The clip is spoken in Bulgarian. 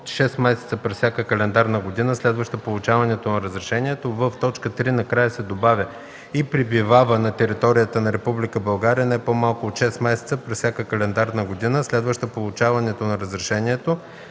6 месеца през всяка календарна година, следваща получаването на разрешението”. в) в т. 3 накрая се добавя „и пребивава на територията на Република България не по-малко от 6 месеца през всяка календарна година, следваща получаването на разрешението”.